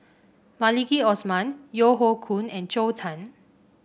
Maliki Osman Yeo Hoe Koon and Zhou Can